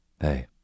Hey